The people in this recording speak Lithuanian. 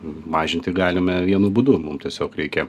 mažinti galime vienu būdu mum tiesiog reikia